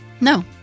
No